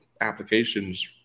applications